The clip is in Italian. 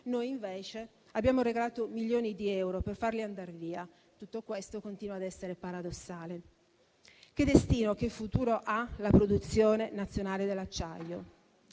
Noi invece abbiamo regalato milioni di euro per farli andar via. Tutto questo continua ad essere paradossale. Che destino, che futuro ha la produzione nazionale dell'acciaio?